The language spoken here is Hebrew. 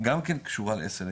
גם כן קשורה ל-SLA,